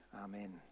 Amen